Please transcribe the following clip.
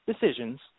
decisions